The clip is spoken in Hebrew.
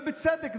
ובצדק,